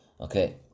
Okay